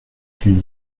qu’il